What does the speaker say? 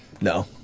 No